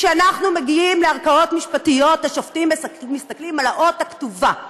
כשאנחנו מגיעים לערכאות משפטיות השופטים מסתכלים על האות הכתובה.